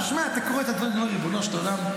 אתה שומע וקורא את הדברים ואומר: ריבונו של עולם,